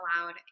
allowed